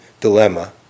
dilemma